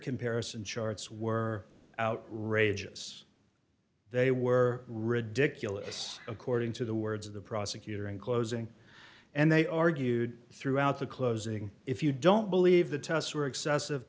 comparison charts were outrageous they were ridiculous according to the words of the prosecutor in closing and they argued throughout the closing if you don't believe the tests were excessive